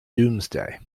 doomsday